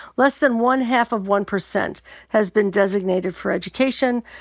less than one half of one percent has been designated for education,